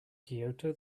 kyoto